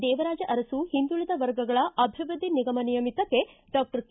ದೇವರಾಜ ಅರಸು ಹಿಂದುಳಿದ ವರ್ಗಗಳ ಅಭಿವೃದ್ಧಿ ನಿಗಮ ನಿಯಮಿತಕ್ಕೆ ಡಾಕ್ಟರ್ ಕೆ